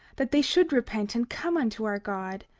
that they should repent and come unto our god,